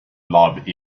love